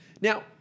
Now